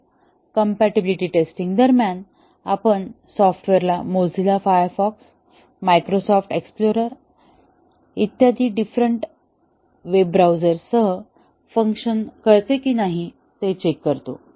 तर compatibility testing दरम्यान आपण software Mozilla Firefox Microsoft Explorer इत्यादी डिफरेन्ट वेब ब्राउझरसह फंक्शन करते की नाही ते चेक करतो